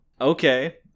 Okay